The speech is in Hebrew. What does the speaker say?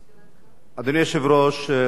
אדוני היושב-ראש, חברי הכנסת,